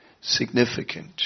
significant